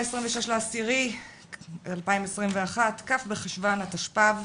היום ה-26.10.2021, כ' בחשון התשפ"ב.